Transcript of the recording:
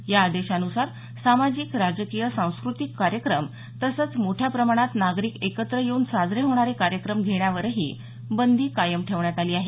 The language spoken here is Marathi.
या आदेशान्सार सामाजिक राजकीय सांस्कृतिक कार्यक्रम तसंच मोठ्या प्रमाणात नागरिक एकत्र येऊन साजरे होणारे कार्यक्रम घेण्यावरही बंदी कायम ठेवण्यात आली आहे